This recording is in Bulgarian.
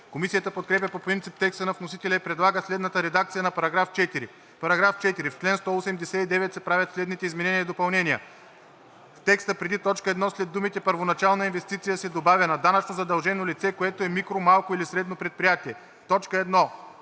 Комисията подкрепя по принцип текста на вносителя и предлага следната редакция на § 4: „§ 4. В чл. 189 се правят следните изменения и допълнения: 1. В текста преди т. 1 след думите „първоначална инвестиция“ се добавя „на данъчно задължено лице, което е микро-, малко или средно предприятие“. 2. В т.